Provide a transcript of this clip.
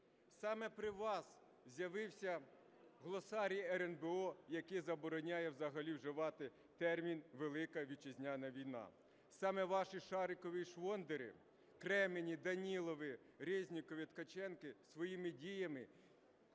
Саме при вас з'явився глосарій РНБО, який забороняє взагалі вживати термін "Велика Вітчизняна війна". Саме ваші Шарікови і Швондери, Кремені, Данілови, Резнікови і Ткаченки своїми діями